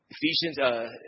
Ephesians